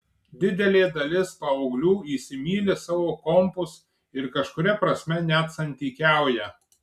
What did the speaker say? didelė dalis paauglių įsimyli savo kompus ir kažkuria prasme net santykiauja